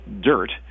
dirt